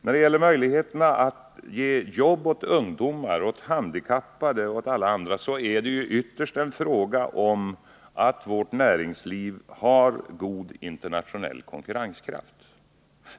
Våra möjligheter att ge jobb åt ungdomar, handikappade och andra beror ytterst på om vårt näringsliv har god internationell konkurrenskraft.